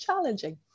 Challenging